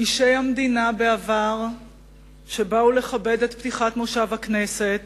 אישי המדינה בעבר שבאו לכבד את פתיחת מושב הכנסת,